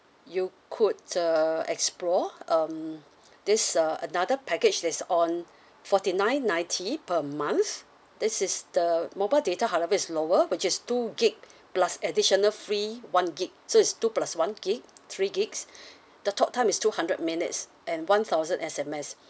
you could uh explore um this uh another package that's on forty nine ninety per month this is the mobile data however is lower which is two gig plus additional free one gig so is two plus one gig three gigs the talk time is two hundred minutes and one thousand S_M_S